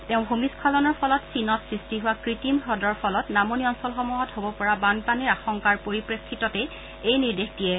তেওঁ ভূমিস্বলনৰ ফলত চীনত সৃষ্টি হোৱা কৃত্ৰিম হুদৰ ফলত নামনি অঞ্চলসমূহত হ'ব পৰা বানপানীৰ আশংকাৰ পৰিপ্ৰেক্ষিততেই এই নিৰ্দেশ দিয়ে